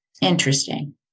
Interesting